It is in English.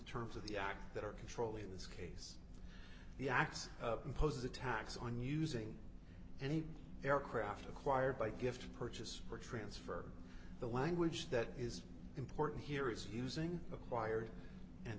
terms of the art that are controlling in this case the acts imposes a tax on using any aircraft acquired by gift to purchase or transfer the language that is important here is using acquired and